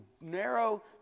narrow